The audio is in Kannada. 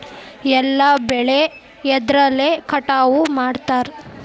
ಎಲ್ಲ ಬೆಳೆ ಎದ್ರಲೆ ಕಟಾವು ಮಾಡ್ತಾರ್?